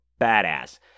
badass